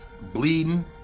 bleeding